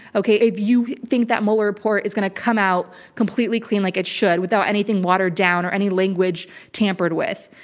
okay. if you think that mueller report is going to come out completely clean like it should, without anything watered down or any language tampered with.